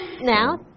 Now